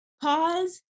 pause